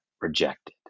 rejected